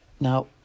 Now